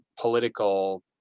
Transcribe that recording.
political